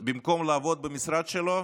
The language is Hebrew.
במקום לעבוד במשרד שלו,